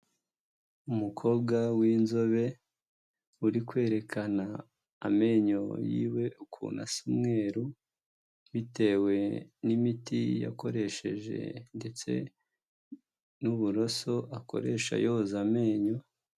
Umukobwa w'inzobe uri kwerekana amenyo yiwe ukuntu asa umweru bitewe n'imiti yakoresheje ndetse n'uburoso akoresha yoza amenyo.